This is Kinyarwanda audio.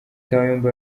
kayumba